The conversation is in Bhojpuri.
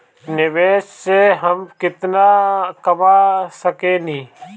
निवेश से हम केतना कमा सकेनी?